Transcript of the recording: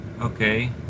okay